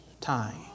time